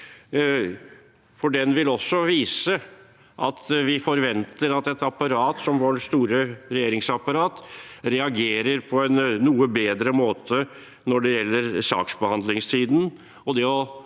Den vil vise at vi forventer at et apparat som vårt store regjeringsapparat reagerer på en noe bedre måte når det gjelder saksbehandlingstiden